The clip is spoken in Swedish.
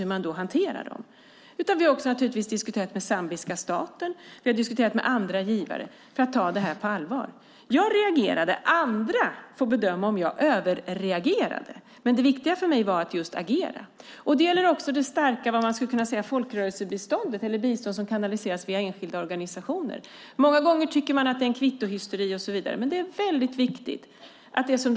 Vi har naturligtvis också diskuterat med zambiska staten, och vi har diskuterat med andra givare för att man ska ta det här på allvar. Jag reagerade. Andra får bedöma om jag överreagerade. Men det viktiga för mig var att just agera. Det gäller också det starka vad man skulle kunna kalla folkrörelsebiståndet eller det bistånd som kanaliseras via enskilda organisationer. Många gånger tycker man att det är en kvittohysteri och så vidare, men det är väldigt viktigt att säga att här måste det vara klockrent i hanteringen och tydliga regler.